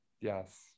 Yes